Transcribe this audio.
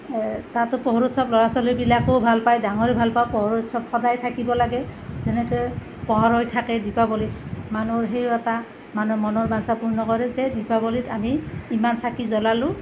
তাতো পোহৰৰ উৎসৱ ল'ৰা ছোৱালীবিলাকেও ভাল পায় ডাঙৰেও ভাল পায় পোহৰৰ উৎসৱ সদায় থাকিব লাগে যেনেকৈ পোহৰ হৈ থাকে দীপাৱলীত মানুহ সেইও এটা মানুহৰ মনৰ বাঞ্ছা পূৰ্ণ কৰে যে দীপাৱলীত আমি ইমান চাকি জ্বলালোঁ